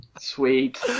Sweet